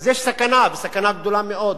אז יש סכנה, וסכנה גדולה מאוד.